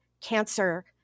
cancer